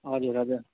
हजुर हजुर